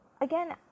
again